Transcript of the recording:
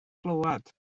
glwad